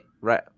Right